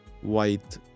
white